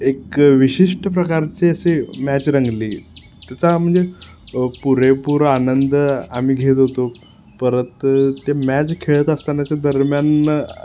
एक विशिष्ट प्रकारचे असे मॅच रंगली त्याचा म्हणजे पुरेपूर आनंद आम्ही घेत होतो परत ते मॅच खेळत असतानाच्या दरम्यान